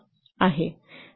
Nominal Development time 2